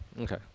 okay